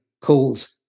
calls